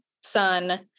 son